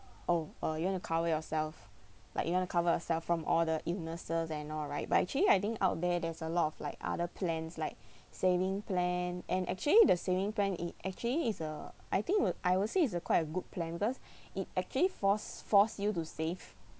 oh uh you want to cover yourself like you want to cover yourself from all the illnesses and all right but actually I think out there there's a lot of like other plans like saving plan and actually the saving plan it actually is a I think it'd I will say it's a quite a good plan because it actually force force you to save